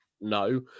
no